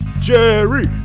Jerry